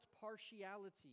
partiality